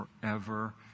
forever